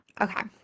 Okay